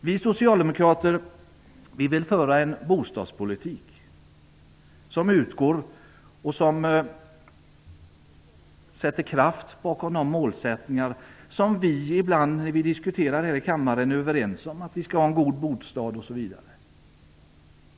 Vi socialdemokrater vill föra en bostadspolitik som sätter kraft bakom de målsättningar som vi ibland när vi diskuterar här i kammaren är överens om, nämligen att man skall ha en god bostad.